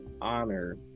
honor